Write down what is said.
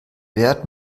wert